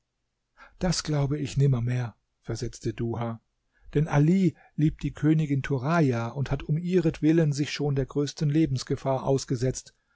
das glaube ich nimmermehr versetzte duha denn ali liebt die königin turaja und hat um ihretwillen sich schon der größten lebensgefahr ausgesetzt